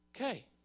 Okay